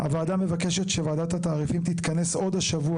2. הוועדה מבקשת שוועדת התעריפים תתכנס עוד השבוע